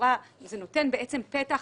זה נותן פתח